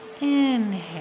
inhale